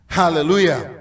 hallelujah